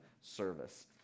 service